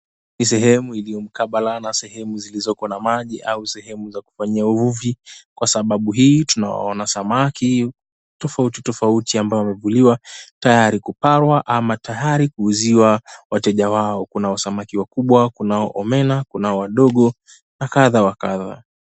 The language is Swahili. Ni sehemu iliyomkabala na sehemu zilizopo na maji au sehemu za kufanyia uvuvi, kwa sababu hii tunawaona samaki tofauti tofauti ambao wamevuliwa tayari kuparwa ama tayari kuuziwa wateja wao. Kunao samaki wakubwa kunao omena, kunao wadogo na kadhaa wa kadhaa.